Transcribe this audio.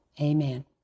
Amen